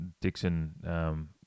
Dixon